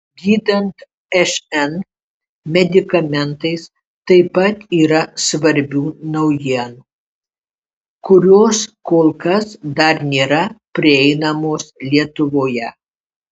gydant šn medikamentais taip pat yra svarbių naujienų kurios kol kas dar nėra prieinamos lietuvoje